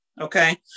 Okay